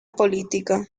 política